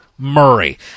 Murray